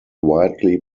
widely